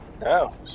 No